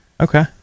Okay